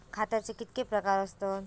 खताचे कितके प्रकार असतत?